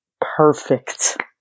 Perfect